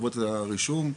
חברות הרישום,